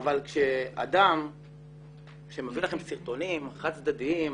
אבל כשאדם שמביא לכם סרטונים חד צדדיים,